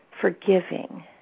forgiving